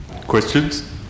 Questions